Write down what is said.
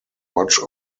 much